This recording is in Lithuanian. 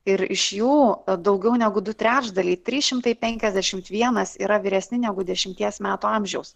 ir iš jų daugiau negu du trečdaliai trys šimtai penkiasdešimt vienas yra vyresni negu dešimties metų amžiaus